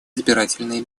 избирательные